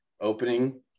opening